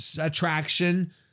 attraction